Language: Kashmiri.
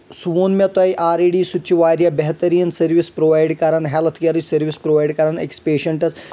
سُہ ووٚن مےٚ تۄہہِ آلریڈی سُہ تہِ چھُ واریاہ بہتریٖن سٔروِس پرووایِڈ کران ہٮ۪لتھ کِیرٕچ سٔروِس پرووایِڈ کران أکِس پیشنٹس